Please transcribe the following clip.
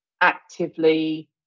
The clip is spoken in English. actively